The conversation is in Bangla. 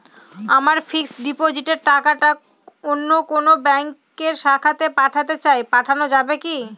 আমার ফিক্সট ডিপোজিটের টাকাটা অন্য কোন ব্যঙ্কের শাখায় পাঠাতে চাই পাঠানো যাবে কি?